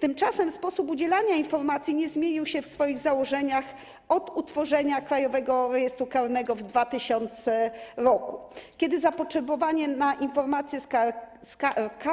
Tymczasem sposób udzielania informacji nie zmienił się w swoich założeniach od utworzenia Krajowego Rejestru Karnego w 2000 r., kiedy zapotrzebowanie na informacje z KRK